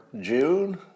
June